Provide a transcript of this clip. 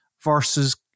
versus